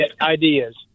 ideas